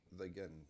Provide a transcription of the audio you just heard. again